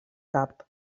cap